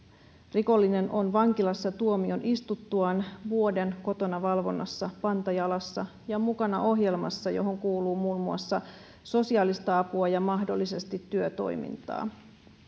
rikollinen on vankilassa tuomion istuttuaan vuoden kotona valvonnassa panta jalassa ja mukana ohjelmassa johon kuuluu muun muassa sosiaalista apua ja mahdollisesti työtoimintaa